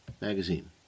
Magazine